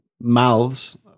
mouths